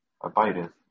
abideth